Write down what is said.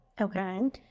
Okay